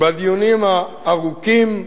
בדיונים הארוכים,